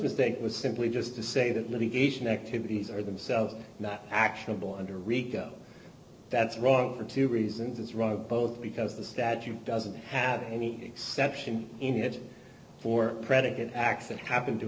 mistake was simply just to say that litigation activities are themselves not actionable under rico that's wrong for two reasons it's wrong both because the statute doesn't have any exception in it for predicate acts and happened to